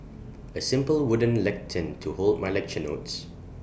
A simple wooden lectern to hold my lecture notes